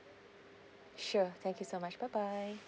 sure thank you so much bye bye